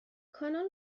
کانال